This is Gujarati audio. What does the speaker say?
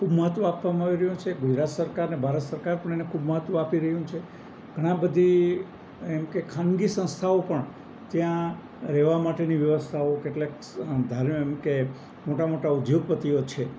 ખૂબ મહત્ત્વ આપવામાં આવી રહ્યું છે ગુજરાત સરકાર ને ભારત સરકાર પણ એને ખૂબ મહત્ત્વ આપી રહ્યું છે ઘણા બધી એમ કે ખાનગી સંસ્થાઓ પણ ત્યાં રહેવા માટેની વ્યવસ્થાઓ કેટલાક ધાર્યું એમ કે મોટા મોટા ઉદ્યોગપતિઓ છે